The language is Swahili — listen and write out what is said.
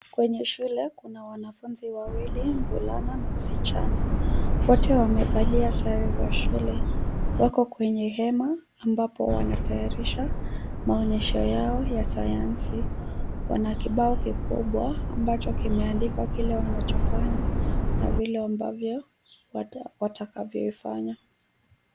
Kwenye shule, kuna wanafunzi wawili, mvulana na msichana. Wote wamevalia sare za shule. Wako kwenye hema, ambapo wanatayarisha maonyesho yao ya sayansi. Wana kibao kikubwa, ambacho kimeandikwa kile wanachofanya na vile ambavyo watakavyoifanya.